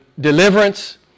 deliverance